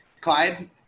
Clyde